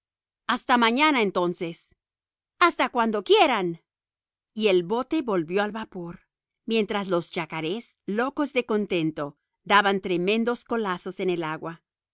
hasta mañana entonces hasta cuando quieran y el bote volvió al vapor mientras los yacarés locos de contentos daban tremendos colazos en el agua